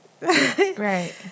Right